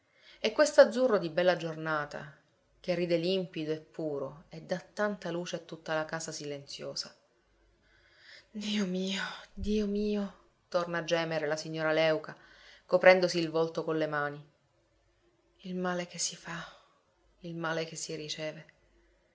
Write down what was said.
scomparsa e quest'azzurro di bella giornata che ride limpido e puro e dà tanta luce a tutta la casa silenziosa dio mio dio mio torna a gemere la signora léuca coprendosi il volto con le mani il male che si fa il male che si riceve